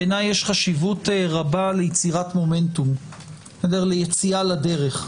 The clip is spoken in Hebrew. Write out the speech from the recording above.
בעיני יש חשיבות רבה ליצירת מומנטום ליציאה לדרך.